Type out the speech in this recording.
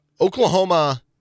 Oklahoma